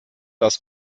das